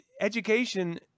education